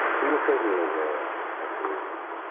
he was certainly aware of of who he was.